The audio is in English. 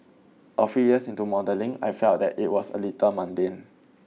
a few years into modelling I felt that it was a little mundane